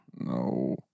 No